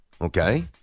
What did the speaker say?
Okay